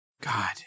God